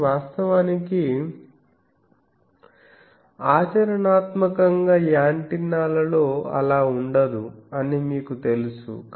కానీ వాస్తవానికి ఆచరణాత్మకంగా యాంటెన్నాల లో అలా ఉండదు అని మీకు తెలుసు